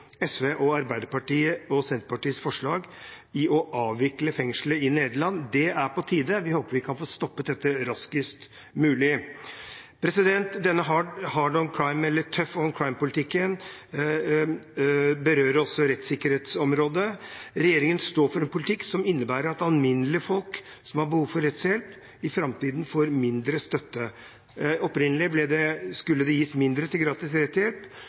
Arbeiderpartiet og Senterpartiet om å avvikle fengslet i Nederland. Det er på tide, vi håper vi kan få stoppet dette raskest mulig. Denne «tough on crime»-politikken berører også rettssikkerhetsområdet. Regjeringen står for en politikk som innebærer at alminnelige folk som har behov for rettshjelp, i framtiden får mindre støtte. Opprinnelig skulle det gis mindre til gratis rettshjelp